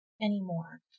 anymore